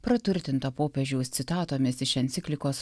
praturtinta popiežiaus citatomis iš enciklikos